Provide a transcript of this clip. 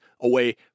away